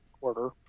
quarter